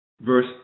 verse